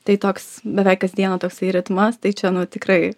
tai toks beveik kasdieną toksai ritmas tai čia tikrai